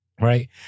Right